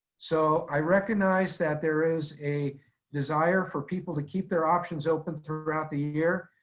so i recognize that there is a desire for people to keep their options open throughout the year,